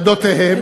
עדותיהם.